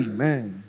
Amen